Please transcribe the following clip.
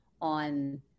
on